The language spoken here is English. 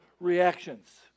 reactions